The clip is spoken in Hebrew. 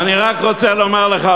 אני רק רוצה לומר לך,